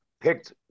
picked